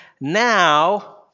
now